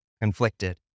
conflicted